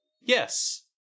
Yes